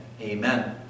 Amen